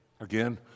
Again